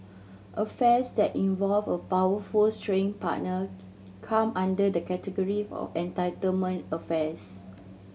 affairs that involve a powerful straying partner come under the category of entitlement affairs